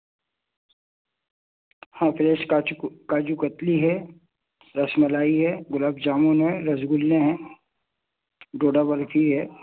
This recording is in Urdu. ہاں فریش کاجو کاجو کتلی ہے رس ملائی ہے گلاب جامن ہے رس گلے ہیں ڈوڈا برفی ہے